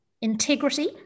Integrity